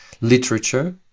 literature